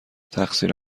تقصیر